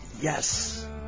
Yes